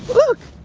look!